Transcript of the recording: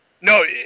no